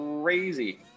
crazy